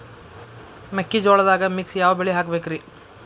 ಮೆಕ್ಕಿಜೋಳದಾಗಾ ಮಿಕ್ಸ್ ಯಾವ ಬೆಳಿ ಹಾಕಬೇಕ್ರಿ?